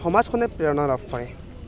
সমাজখনে প্ৰেৰণা লাভ কৰে